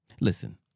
listen